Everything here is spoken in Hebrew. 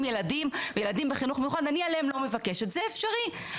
ילדים בחינוך מיוחד אני לא מבקשת" זה אפשרי.